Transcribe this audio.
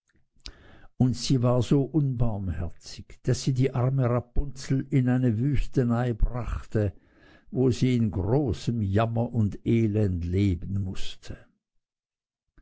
und sie war so unbarmherzig daß sie die arme rapunzel in eine wüstenei brachte wo sie in großem jammer und elend leben mußte